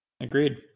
agreed